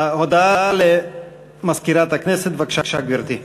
הודעה למזכירת הכנסת, בבקשה, גברתי.